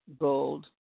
gold